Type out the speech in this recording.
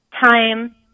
time